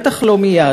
בטח לא מייד.